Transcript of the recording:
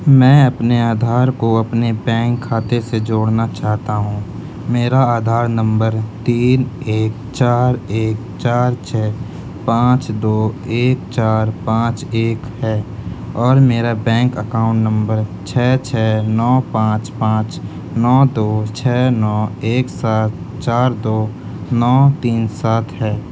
میں اپنے آدھار کو اپنے بینک کھاتے سے جوڑنا چاہتا ہوں میرا آدھار نمبر تین ایک چار ایک چار چھ پانچ دو ایک چار پانچ ایک ہے اور میرا بینک اکاؤنٹ نمبر چھ چھ نو پانچ پانچ نو دو چھ نو ایک سات چار دو نو تین سات ہے